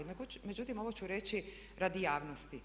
Međutim, ovo ću reći radi javnosti.